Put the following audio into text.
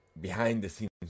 behind-the-scenes